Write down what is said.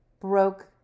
broke